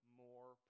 more